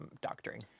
doctoring